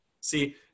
See